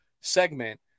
Segment